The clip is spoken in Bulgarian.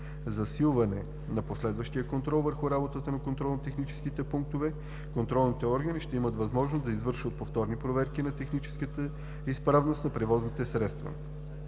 засилване на последващия контрол върху работата на контролно-техническите пунктове, контролните органи ще имат възможност да извършват повторни проверки на техническата изправност на превозните средства.